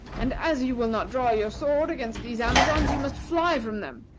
and as you will not draw your sword against these amazons you must fly from them.